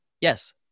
Yes